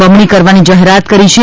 બમણી કરવાની જાહેરાત કરી છે